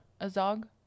azog